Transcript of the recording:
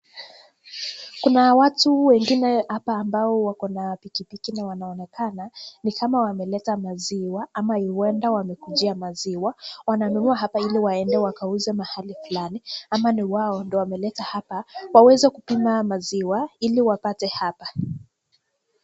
Kuna watu wengine hapa ambao wako na pikipiki na wanaonekana ni kama wameleta maziwa ama huenda wamekujia maziwa, wananunua hapa ili waende wakauze mahali fulani ama ni wao ndo wameleta hapa waweze kupima haya maziwa ili wapate hapa.